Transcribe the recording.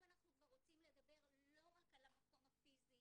אם אנחנו רוצים לדבר לא רק על המקום הפיזי